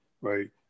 Right